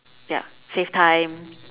yup save time